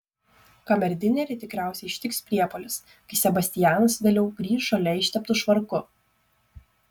kamerdinerį tikriausiai ištiks priepuolis kai sebastianas vėliau grįš žole išteptu švarku